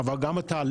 אלא גם התהליך.